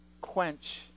quench